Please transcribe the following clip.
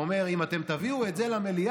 שאומרים: אם אתם תביאו את זה למליאה,